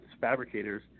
fabricators